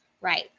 right